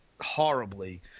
horribly